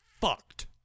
fucked